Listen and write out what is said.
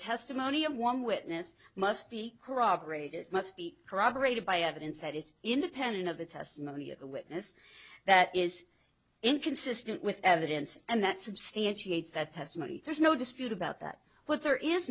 testimony of one witness must be corroborated must be corroborated by evidence that is independent of the testimony of a witness that is inconsistent with evidence and that substantiates that testimony there's no dispute about that but there is